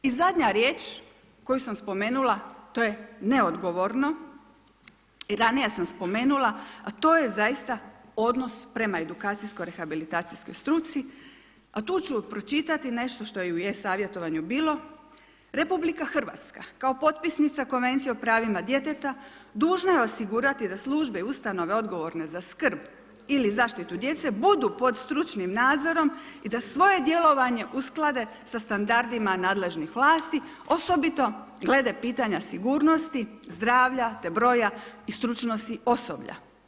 I zadnja riječ koju sam spomenula to je neodgovorno, i ranije sam spomenula a to je zaista odnos prema edukacijsko rehabilitacijskoj struci a tu ću pročitani nešto što je i u e-savjetovanju bilo, RH kao potpisnica Konvencije o pravima djeteta dužna je osigurati da službe, ustanove odgovorne za skrb ili zaštitu djece budu pod stručnim nadzorom i da svoje djelovanje usklade sa standardima nadležnih vlasti osobito glede pitanja sigurnosti, zdravlja te broja i stručnosti osoblja.